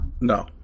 No